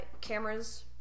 cameras